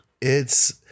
it's-